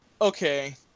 okay